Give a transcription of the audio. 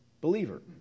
believer